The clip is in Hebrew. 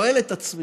ושואל את עצמי